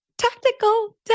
Tactical